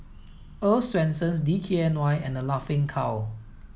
Earl's Swensens D K N Y and The Laughing Cow